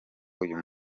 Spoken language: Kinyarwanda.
uyu